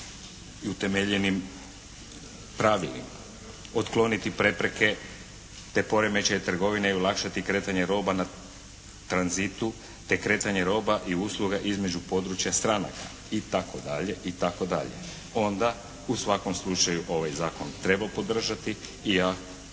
i utemeljenim pravilima, otkloniti prepreke te poremećaj trgovine i olakšati kretanje roba na tranzitu te kretanje roba i usluga između područja stranaka itd., itd. Onda u svakom slučaju ovaj Zakon treba podržati i ja